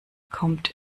kommt